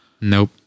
Nope